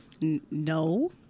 No